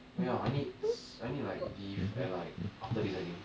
oh ya I need I need like leave at like after this I think